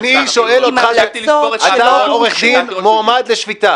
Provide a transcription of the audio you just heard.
עם המלצות שלא --- אני שואל אותך: אתה עורך דין מועמד לשפיטה.